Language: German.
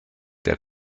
der